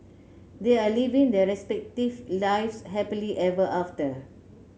they are living their respective lives happily ever after